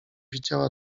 widziała